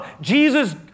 Jesus